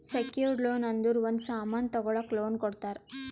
secured loan ಅಂದುರ್ ಒಂದ್ ಸಾಮನ್ ತಗೊಳಕ್ ಲೋನ್ ಕೊಡ್ತಾರ